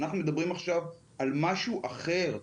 אנחנו מדברים עכשיו על משהו אחר,